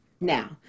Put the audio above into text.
Now